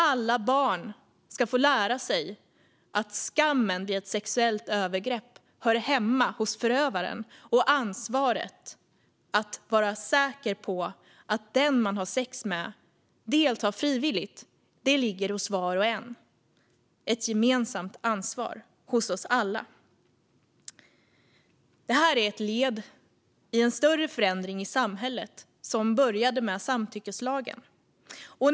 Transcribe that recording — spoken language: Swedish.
Alla barn ska få lära sig att skammen vid ett sexuellt övergrepp hör hemma hos förövaren och att ansvaret för att vara säker på att den man har sex med deltar frivilligt ligger hos var och en. Det är ett gemensamt ansvar hos oss alla. Det här är ett led i en större förändring i samhället som började med samtyckeslagen.